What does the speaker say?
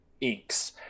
inks